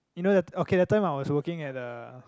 you know the okay that time I was working at uh